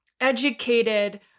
educated